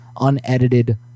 unedited